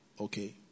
Okay